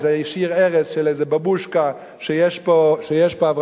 איזה שיר ערש של איזה בבושקה שיש פה אברהם,